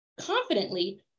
confidently